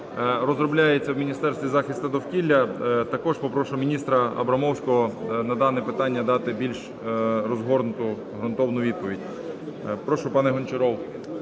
розробляється у Міністерстві захисту довкілля, також попрошу міністра Абрамовського на дане питання дати більш розгорнуту, ґрунтовну відповідь. Прошу, пане Гончаров.